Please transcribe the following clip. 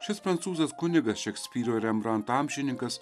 šis prancūzas kunigas šekspyro ir rembranto amžininkas